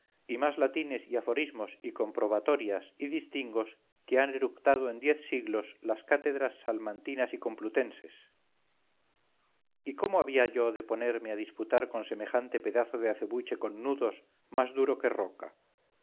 y más latines y aforismos y comprobatorias y distingos que han eructado en diez siglos las cátedras salmantinas y complutenses y cómo había yo de ponerme a disputar con semejante pedazo de acebuche con nudos más duro que roca